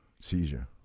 Seizure